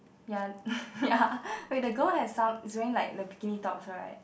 ya ya wait the girl has some is wearing like the bikini tops rights